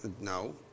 No